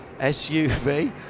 SUV